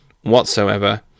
whatsoever